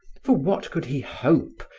for what could he hope,